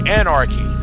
anarchy